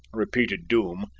repeated doom,